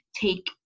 take